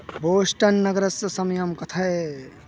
Boston नगरस्य समयं कथय